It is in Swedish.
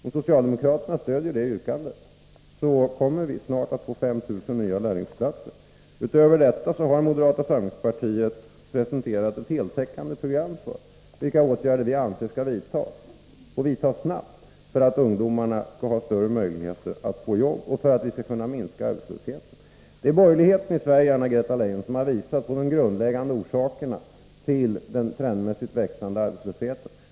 Om socialdemokraterna stöder detta yrkande, kommer vi snart att få 5 000 nya lärlingsplatser. Utöver detta har moderata samlingspartiet presenterat en heltäckande program för vilka åtgärder vi anser skall vidtas, och vidtas snart, för att ungdomarna skall få större möjligheter att få jobb och för att arbetslösheten skall kunna minskas. Det är borgerligheten i Sverige, Anna-Greta Leijon, som har visat var de grundläggande orsakerna till den trendmässigt växande arbetslösheten finns.